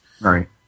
Right